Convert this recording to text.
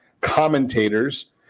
commentators